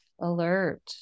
alert